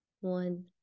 One